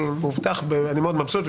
אני מאוד מבסוט,